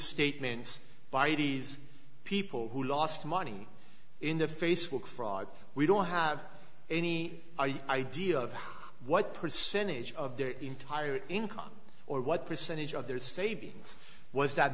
statements by these people who lost money in the facebook fraud we don't have any idea of what percentage of their entire income or what percentage of their savings was that